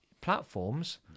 platforms